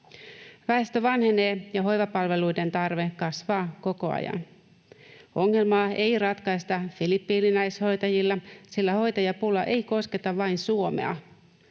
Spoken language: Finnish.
Väestö vanhenee, ja hoivapalveluiden tarve kasvaa koko ajan. Ongelmaa ei ratkaista filippiiniläishoitajilla, sillä hoitajapula ei kosketa vain Suomea: